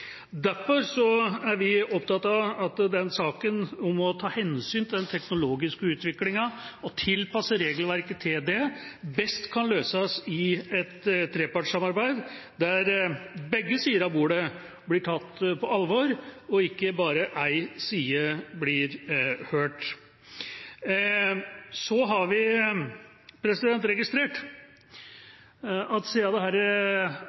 er vi opptatt av at det å ta hensyn til den teknologiske utviklingen og tilpasse regelverket til det, best kan løses i et trepartssamarbeid, der begge sider av bordet blir tatt på alvor, og ikke bare én side blir hørt. Så har vi registrert